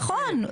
נכון.